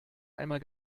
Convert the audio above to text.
einmal